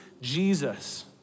Jesus